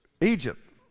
Egypt